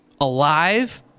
alive